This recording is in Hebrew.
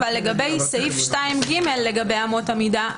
אבל לגבי סעיף 2ג לגבי אמות המידה,